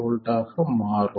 8 ஆக மாறும்